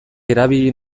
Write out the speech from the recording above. erabili